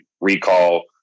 recall